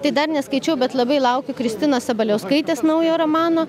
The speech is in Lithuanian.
tai dar neskaičiau bet labai laukiu kristinos sabaliauskaitės naujo romano